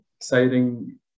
exciting